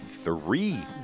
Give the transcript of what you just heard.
Three